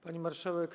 Pani Marszałek!